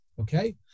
Okay